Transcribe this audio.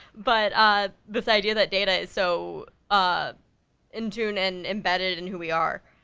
but ah this idea that data is so um in tuned and embedded in who we are.